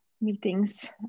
meetings